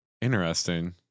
Interesting